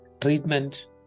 treatment